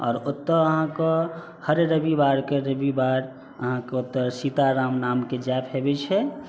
आओर ओतऽ अहाँके हर रविवारके अहाँके ओतऽ सीताराम नामके जाप हेबै छै